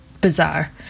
bizarre